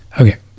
Okay